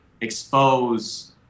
expose